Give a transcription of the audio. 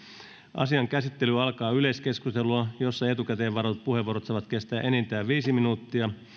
asian käsittely alkaa yleiskeskustelulla jossa etukäteen varatut puheenvuorot saavat kesää enintään viisi minuuttia